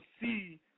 see